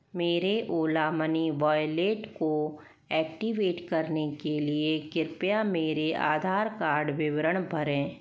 मेरे Ola money wallet को activate करने के लिए कृपया मेरे आधार कार्ड विवरण भरें